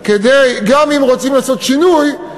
גם אם רוצים לעשות שינוי,